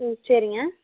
ம் சரிங்க